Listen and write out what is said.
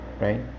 right